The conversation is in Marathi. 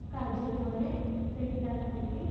काजल मोरे प्रणिता घाडगे